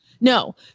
No